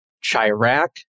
Chirac